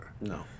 No